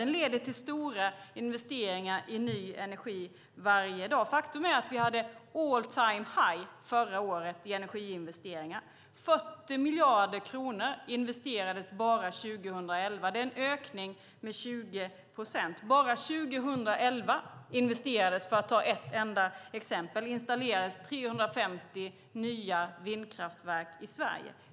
Den leder till stora investeringar i ny energi varje dag. Faktum är att vi hade all-time-high förra året i energiinvesteringar. 40 miljarder kronor investerades bara under 2011. Det är en ökning med 20 procent. Bara under 2011 installerades 350 nya vindkraftverk i Sverige för att ta enda exempel.